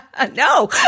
No